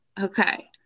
Okay